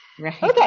Okay